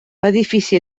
edifici